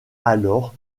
alors